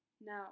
Now